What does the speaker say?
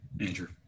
Andrew